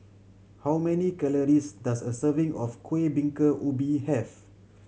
how many calories does a serving of Kueh Bingka Ubi have